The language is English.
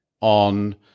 on